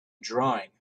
drawing